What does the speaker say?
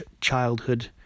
childhood